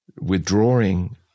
withdrawing